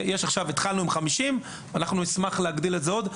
התחלנו עם 50 תקנים ונשמח להגדיל את זה עוד.